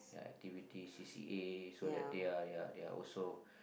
yeah acitivity C_C_A so that they are ya they are also